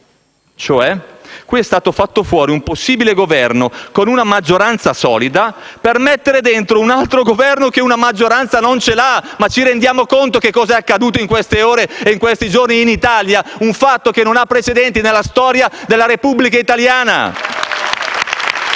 Qui è stato fatto fuori un possibile Governo con una maggioranza solida per mettere dentro un altro Governo che una maggioranza non ce l'ha: ma ci rendiamo conto di che cosa è accaduto in queste ore e in questi giorni in Italia? Un fatto che non ha precedenti nella storia della Repubblica italiana. *(Applausi